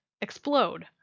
explode